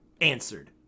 answered